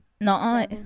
No